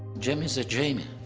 jamie's ah jamie.